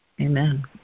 Amen